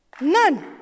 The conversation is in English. None